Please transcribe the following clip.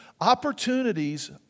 Opportunities